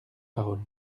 parole